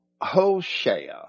Hoshea